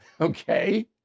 Okay